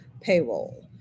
payroll